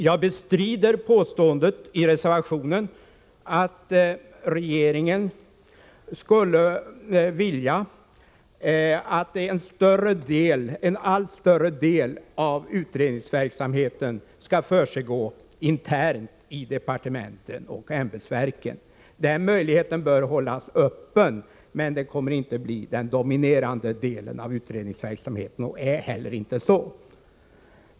Jag bestrider påståendet i reservationen att regeringen skulle vilja att en allt större del av utredningsverksamheten skall försiggå internt i departementen och ämbetsverken. Den möjligheten bör hållas öppen, men den kommer inte att bli den dominerande delen av utredningsverksamheten, och det är den inte heller i dag.